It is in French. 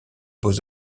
beaux